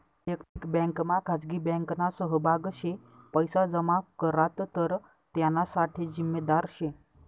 वयक्तिक बँकमा खाजगी बँकना सहभाग शे पैसा जमा करात तर त्याना साठे जिम्मेदार शे